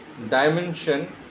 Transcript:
dimension